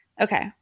Okay